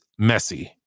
Messi